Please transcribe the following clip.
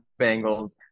Bengals